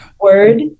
Word